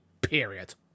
period